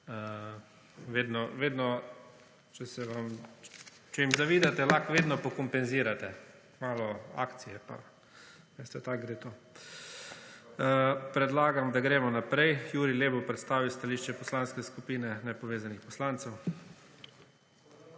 Če jim zavidate lahko vedno pokompezirate, malo akcije, veste tako gre to. Predlagam, da gremo naprej. Jurij Lep bo predstavil stališče Poslanske skupine Nepovezanih poslancev.